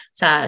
sa